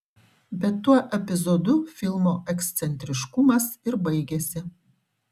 bet tuo epizodu filmo ekscentriškumas ir baigiasi